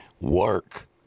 work